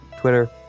Twitter